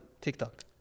TikTok